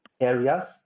areas